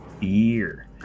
year